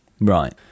Right